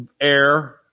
air